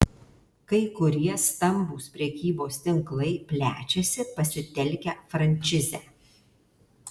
kai kurie stambūs prekybos tinklai plečiasi pasitelkę frančizę